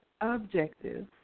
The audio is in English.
objective